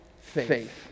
faith